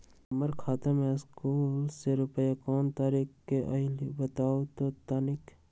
हमर खाता में सकलू से रूपया कोन तारीक के अलऊह बताहु त तनिक?